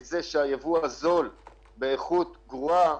מכך שהייבוא הזול באיכות גרועה